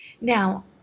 Now